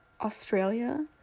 Australia